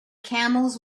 camels